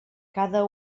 cada